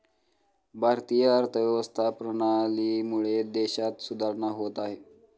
भारतीय अर्थव्यवस्था प्रणालीमुळे देशात सुधारणा होत आहे